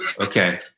Okay